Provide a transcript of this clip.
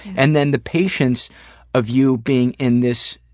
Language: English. and then the patience of you being in this,